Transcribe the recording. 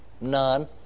None